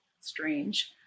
strange